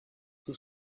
tout